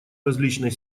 различной